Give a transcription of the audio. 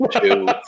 two